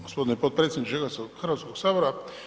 Gospodine potpredsjedniče Hrvatskog sabora.